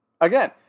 Again